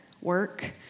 work